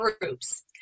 groups